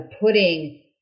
putting